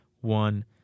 one